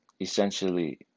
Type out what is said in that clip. essentially